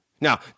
Now